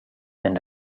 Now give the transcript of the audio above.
and